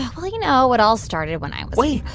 well, you know, it all started when i was. wait.